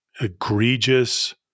egregious